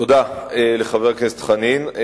תודה לחבר הכנסת חנין.